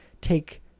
take